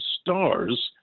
stars